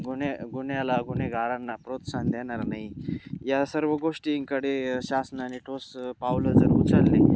गुन्हे गुन्ह्याला गुन्हेगारांना प्रोत्साहन देणार नाही या सर्व गोष्टीकडे शासनाने ठोस पावलं जर उचलली